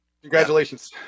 Congratulations